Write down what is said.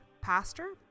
pastor